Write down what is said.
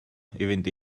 fynd